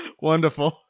Wonderful